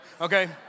okay